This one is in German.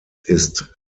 ist